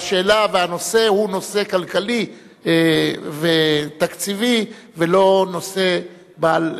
והשאלה והנושא הם נושא כלכלי ותקציבי ולא נושא בעל